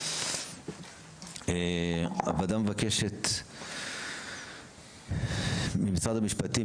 הוועדה מבקשת ממשרד המשפטים,